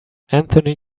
anthony